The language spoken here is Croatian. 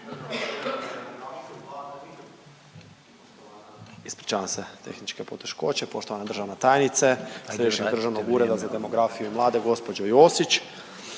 Ispričavam se tehničke poteškoće. Poštovana državna tajnice Središnjeg državnog ureda za demografiju i mlade, gospođo Josić.